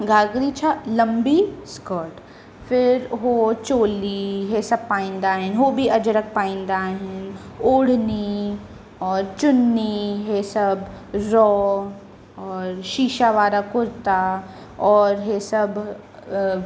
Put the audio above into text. घाघरी छा लंबी स्कर्ट फिर उहो चोली इहे सभु पाईंदा आहिनि उहो बि अजरक पाईंदा आहिनि ओढ़नी और चुन्नी इहे सभु रओ और शीशा वारा कुर्ता और इहे सभु